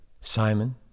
Simon